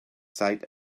site